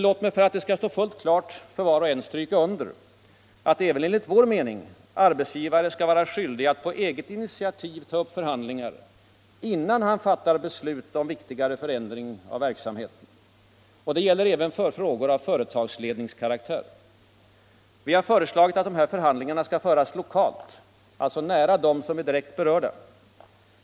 Låt mig — för att det skall vara fullt klart för var och en — stryka under att även enligt vår mening arbetsgivare skall vara skyldig att på eget initiativ ta upp förhandlingar innan han fattar beslut om viktigare förändring av verksamheten. Det gäller även för frågor av företagsledningskaraktär. Vi har föreslagit att dessa förhandlingar skall föras lokalt, alltså nära dem som är direkt berörda.